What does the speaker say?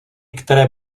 které